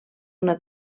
una